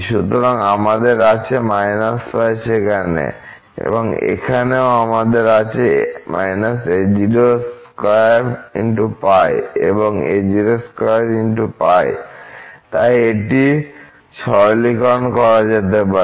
সুতরাং আমাদের আছে π সেখানে এবং এখানেও আমাদের আছে এবং তাই এটি সরলীকরণ করা যেতে পারে